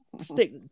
Stick